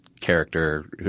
character